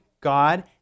God